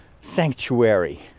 sanctuary